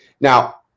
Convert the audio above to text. Now